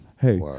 Hey